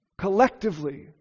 collectively